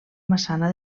massana